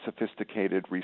sophisticated